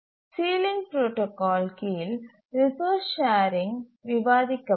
ceiling protocol கீழ் resource sharing விவாதிக்கப்படும்